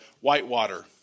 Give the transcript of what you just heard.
whitewater